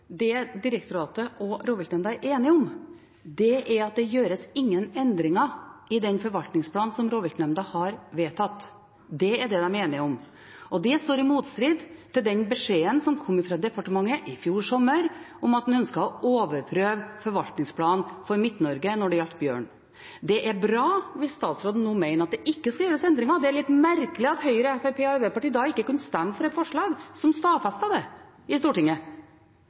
det direktoratet og rovviltnemnda er enige om, er at det gjøres ingen endringer i den forvaltningsplanen som rovviltnemnda har vedtatt. Det er det de er enige om. Det står i motstrid til den beskjeden som kom fra departementet i fjor sommer, om at en ønsket å overprøve forvaltningsplanen for Midt-Norge når det gjaldt bjørn. Det er bra hvis statsråden nå mener at det ikke skal gjøres endringer. Det er litt merkelig at Høyre, Fremskrittspartiet og Arbeiderpartiet da ikke kunne stemme for et forslag som stadfestet det i Stortinget.